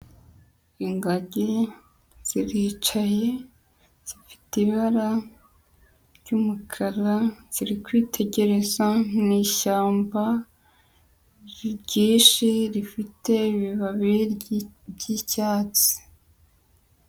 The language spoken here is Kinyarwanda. Ingagi ziricaye zifite ibara ry'umukara, ziriri kwitegereza mwishyamba ryinshi rifite ibibabi ry'icyatsi.